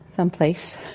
someplace